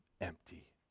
empty